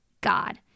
God